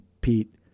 Pete